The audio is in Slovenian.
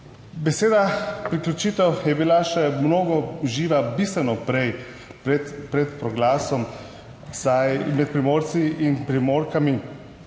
Beseda priključitev je bila še mnogo živa, bistveno prej pred, pred proglasom, saj med Primorci in Primorkami